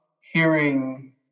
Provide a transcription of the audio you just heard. hearing